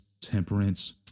temperance